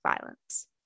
violence